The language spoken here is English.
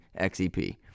XEP